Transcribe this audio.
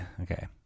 Okay